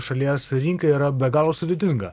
šalies rinką yra be galo sudėtinga